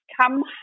come